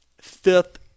fifth